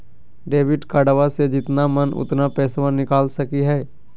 Debit कार्डबा से जितना मन उतना पेसबा निकाल सकी हय?